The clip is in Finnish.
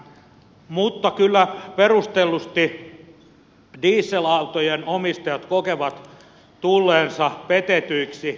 mutta kyllä perustellusti diesel autojen omistajat kokevat tulleensa petetyiksi